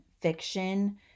fiction